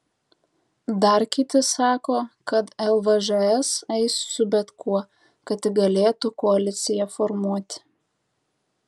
dar kiti sako kad lvžs eis su bet kuo kad tik galėtų koaliciją formuoti